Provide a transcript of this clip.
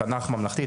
תנ"ך ממלכתי,